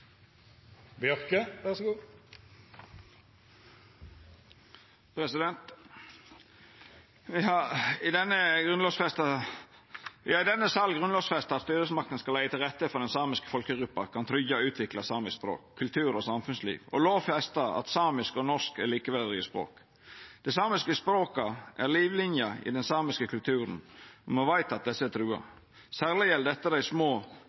har i denne salen grunnlovfesta at styresmaktene skal leggja til rette for at den samiske folkegruppa kan tryggja og utvikla samisk språk, kultur og samfunnsliv, og lovfesta at samisk og norsk er likeverdige språk. Dei samiske språka er livlinja i den samiske kulturen, og me veit at desse er trua. Særleg gjeld dette dei små